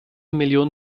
million